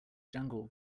jungle